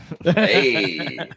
Hey